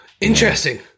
Interesting